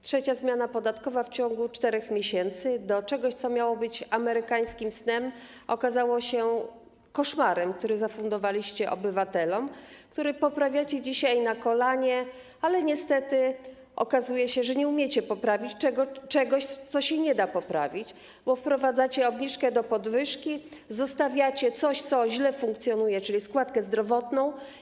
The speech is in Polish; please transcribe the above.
Trzecia zmiana podatkowa w ciągu 4 miesięcy to coś, co miało być amerykańskim snem, a okazało się koszmarem, który zafundowaliście obywatelom, który poprawiacie dzisiaj na kolanie, ale niestety okazuje się, że nie umiecie poprawić czegoś, czego nie da się poprawić, bo wprowadzacie obniżkę podwyżki i zostawiacie coś, co źle funkcjonuje, czyli składkę zdrowotną.